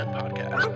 podcast